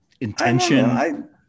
intention